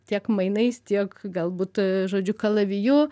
tiek mainais tiek galbūt žodžiu kalaviju